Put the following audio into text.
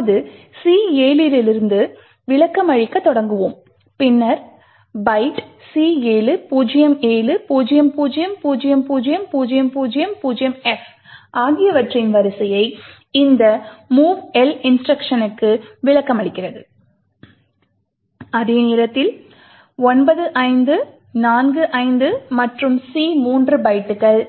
இப்போது C7 இலிருந்து விளக்கமளிக்கத் தொடங்குவோம் பின்னர் பைட் C7 07 00 00 00 0f ஆகியவற்றின் வரிசை இந்த movl இன்ஸ்ட்ருக்ஷனுக்கு விளக்கமளிக்கிறது அதே நேரத்தில் 95 45 மற்றும் C3 பைட்டுகள்